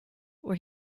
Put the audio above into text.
where